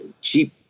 cheap